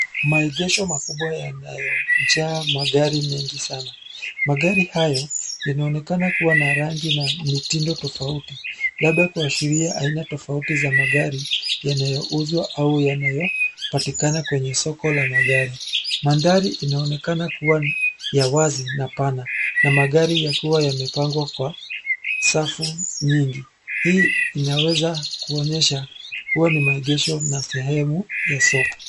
Maegesho makubwa yanayojaa magari mengi sana. Magari hayo yanaonekana kuwa na rangi na mitindo tofauti, labda kuashiria aina tofauti za magari yanayouzwa au yanayopatikana kwenye soko la magari. Mandhari inaonekana kuwa ya wazi na pana na magari yakiwa yamepangwa kwa safu nyingi. Hii inaweza kuonyesha huwa ni maegesho na sehemu ya soko.